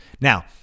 Now